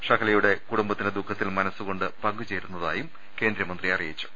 ഷഹലയുടെ കൂടുംബത്തിന്റെ ദുഖത്തിൽ മന സുകൊണ്ട് പങ്കുചേരുന്നതായും കേന്ദ്രമന്ത്രി അറിയിച്ചു